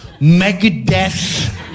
Megadeth